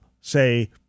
say